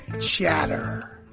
chatter